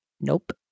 nope